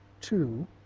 two